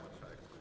marszałek